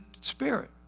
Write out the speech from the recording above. Spirit